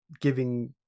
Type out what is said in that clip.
giving